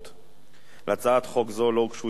לא הוגשו הסתייגויות,